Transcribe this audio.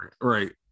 Right